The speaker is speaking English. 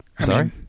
Sorry